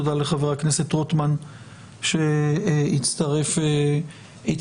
תודה לחבר הכנסת רוטמן שהצטרף לדיון.